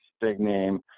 big-name